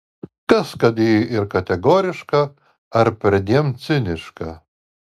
kas kad ji ir kategoriška ar perdėm ciniška